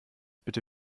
bitte